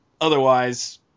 Otherwise